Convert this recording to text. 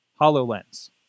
HoloLens